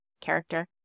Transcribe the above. character